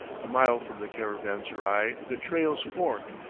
a mile from the caravanserai the trails fork,